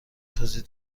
توضیح